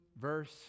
verse